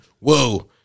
whoa